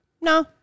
no